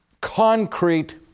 concrete